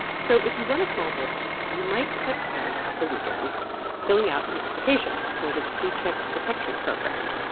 so if you run a small business, you might have spent the weekend filling out an application for the paycheck protection program.